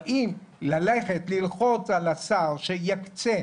אבל אם ללכת, ללחוץ על השר, שיקצה,